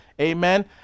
amen